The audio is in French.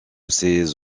ces